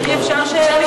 שמה?